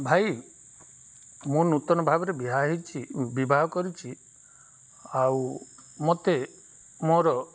ଭାଇ ମୁଁ ନୂତନ ଭାବରେ ବିଭା ହୋଇଛି ବିବାହ କରିଛି ଆଉ ମୋତେ ମୋର